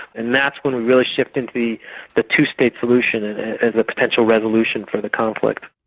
and that's one we really shift into the the two-state solution and as a potential resolution for the conflict.